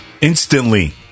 Instantly